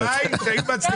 היא מנסה